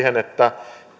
että